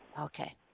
Okay